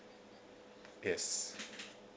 yes